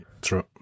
True